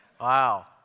Wow